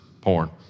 porn